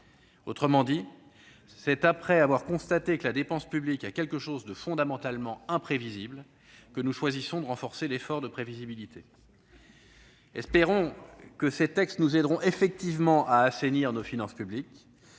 Autrement dit, c'est après avoir constaté que la dépense publique a quelque chose de fondamentalement imprévisible que nous choisissons de renforcer l'effort de prévisibilité. C'est bien ce que nous avons dit au Gouvernement ! Espérons que ces textes nous aideront effectivement à assainir nos finances publiques.